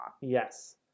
Yes